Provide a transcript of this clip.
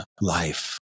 life